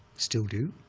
still do.